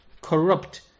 corrupt